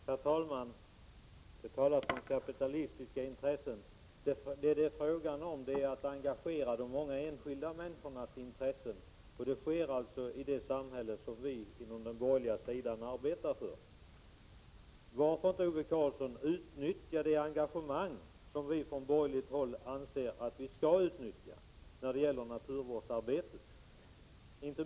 Herr talman! Det talas om kapitalistiska intressen, men frågan gäller att engagera de många enskilda människornas intressen. Det sker i det samhälle som vi på den borgerliga sidan arbetar för. Varför, Ove Karlsson, inte utnyttja det engagemang som vi från borgerligt håll anser att man skall utnyttja när det gäller naturvårdsarbetet?